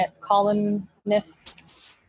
colonists